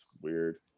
weird